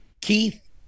keith